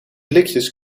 blikjes